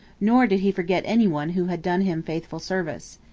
nor did he forget any one who had done him faithful service.